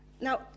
Now